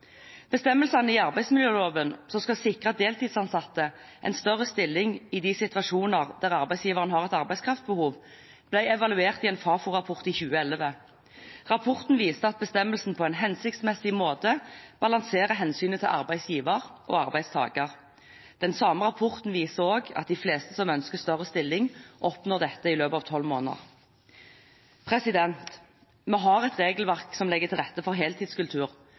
i arbeidsmiljøloven som skal sikre deltidsansatte en større stilling i de situasjonene der arbeidsgiveren har et arbeidskraftbehov, ble evaluert i en Fafo-rapport i 2011. Rapporten viser at bestemmelsen på en hensiktsmessig måte balanserer hensynet til arbeidsgiver og arbeidstaker. Den samme rapporten viser også at de fleste som ønsker større stilling, oppnår dette i løpet av tolv måneder. Vi har et regelverk som legger til rette for en heltidskultur,